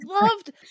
loved